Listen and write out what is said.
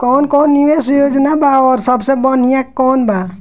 कवन कवन निवेस योजना बा और सबसे बनिहा कवन बा?